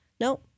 No